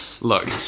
Look